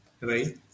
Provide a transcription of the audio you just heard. right